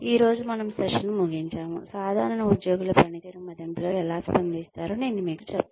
ఈ రోజు మనము సెషన్ను ముగించాము సాధారణ ఉద్యోగులు పనితీరు మదింపులకు ఎలా స్పందిస్తారో నేను మీకు చెప్తాను